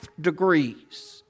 degrees